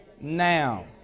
now